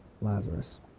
Lazarus